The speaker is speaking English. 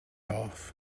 off